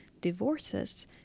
divorces